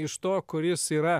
iš to kuris yra